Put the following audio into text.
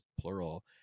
plural